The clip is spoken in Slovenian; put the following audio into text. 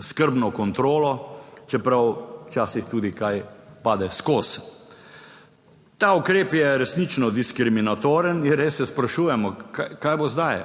skrbno kontrolo, čeprav včasih tudi kaj pade skozi. Ta ukrep je resnično diskriminatoren in res se sprašujemo, kaj bo zdaj,